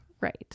Right